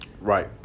Right